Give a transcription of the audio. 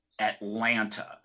atlanta